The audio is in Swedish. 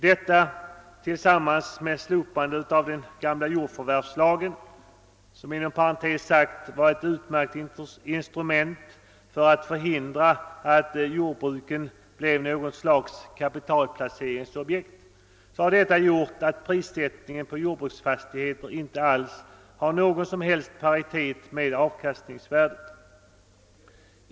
Detta tillsammans med slopandet av den gamla jordförvärvslagen, som inom parentes sagt var ett utmärkt instrument för att hindra att jordbruken blev kapitalplaceringsobjekt, har gjort att prissättningen på jordbruksfastigheter inte har någon som helst paritet med avkastningsvärdet.